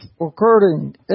occurring